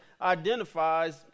identifies